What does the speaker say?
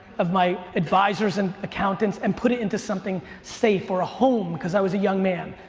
of my advisors and accountants, and put it into something safe or a home cause i was a young man.